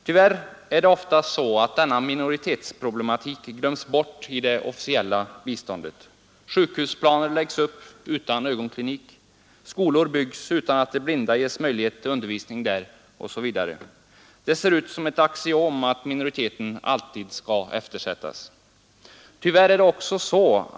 Tyvärr är det ofta på det sättet att denna minoritetsproblematik glöms bort i det officiella biståndet. Sjukhusplaner läggs upp utan ögonklinik, skolor byggs utan att de blinda ges möjlighet till undervisning där osv. Det verkar som ett axiom att minoriteten alltid eftersätts.